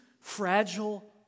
fragile